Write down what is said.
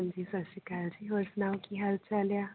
ਹਾਂਜੀ ਸਤਿ ਸ਼੍ਰੀ ਅਕਾਲ ਜੀ ਹੋਰ ਸੁਣਾਓ ਕੀ ਹਾਲ ਚਾਲ ਆ